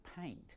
paint